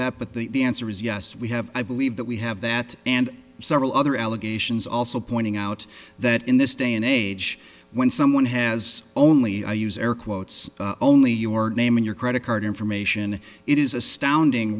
that but the answer is yes we have i believe that we have that and several other allegations also pointing out that in this day and age when someone has only i use air quotes only your name and your credit card information it is astounding